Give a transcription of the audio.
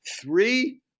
three